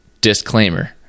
disclaimer